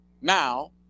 now